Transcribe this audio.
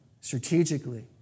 strategically